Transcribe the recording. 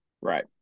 Right